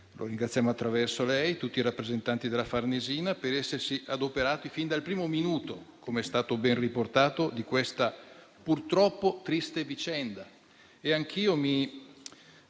in Ungheria e in Italia e tutti i rappresentanti della Farnesina, per essersi adoperati fin dal primo minuto, com'è stato ben riportato, di questa purtroppo triste vicenda.